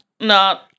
No